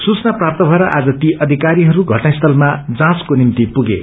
सुचना प्राप्त भएरा आज ती अषिकारीहरू घटनासीलमा जाँच गत्रक्य निम्ति पुगे